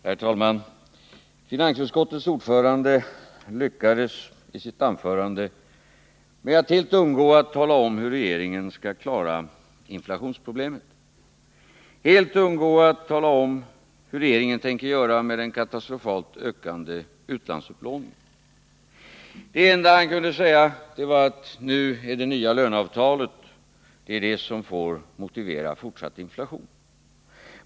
Herr talman! Finansutskottets ordförande lyckades i sitt anförande med att helt undgå att tala om hur regeringen skall klara inflationsproblemen och vad regeringen tänker göra med den katastrofalt ökande utlandsupplåningen. Det enda han kunde säga var att det nya löneavtalet är det som får motivera fortsatt inflation.